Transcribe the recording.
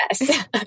Yes